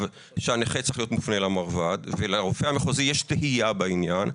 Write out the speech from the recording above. שהנכה צריך להיות מופנה למרב"ד ולרופא המחוזי יש תהייה בעניין,